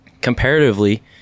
comparatively